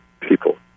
people